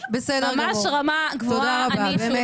ממש רמה גבוהה, אני שוכנעתי...